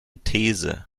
these